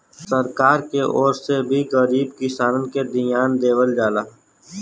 सरकार के ओर से भी गरीब किसानन के धियान देवल जाला